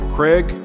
Craig